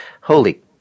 Holy